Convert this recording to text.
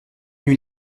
nuit